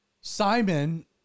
Simon